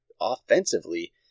offensively